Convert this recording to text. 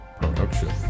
Production